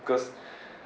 because